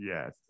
Yes